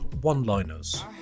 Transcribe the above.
one-liners